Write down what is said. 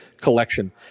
collection